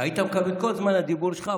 היית מקבל את כל זמן הדיבור שלך,